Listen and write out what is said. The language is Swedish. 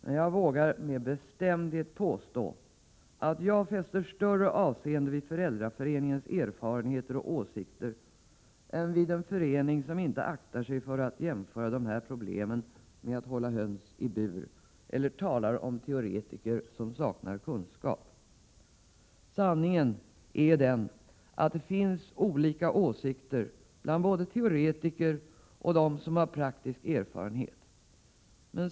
Men jag vågar med bestämdhet påstå att jag fäster större avseende vid föräldraföreningens erfarenheter och åsikter än vid uppfattningarna hos en förening, som inte aktar sig för att jämföra de här problemen med att hålla höns bur och som talar om teoretiker som saknar kunskap. Sanningen är den att det finns olika åsikter bland både teoretiker och dem som har praktisk erfarenhet.